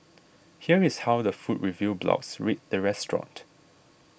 here is how the food review blogs rate the restaurant